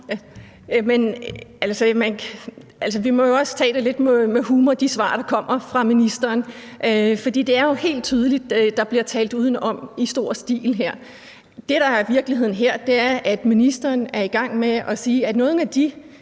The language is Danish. vi må jo også tage de svar, der kommer fra ministeren, lidt med humor. For det er jo helt tydeligt, at der bliver talt udenom i stor stil her. Det, der er virkeligheden her, er, at ministeren er i gang med at sige, at nogle af de